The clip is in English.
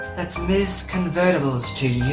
that's this kind of vegetables to you.